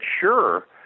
sure